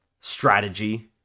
strategy